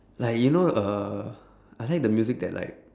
like you know uh I like the music that like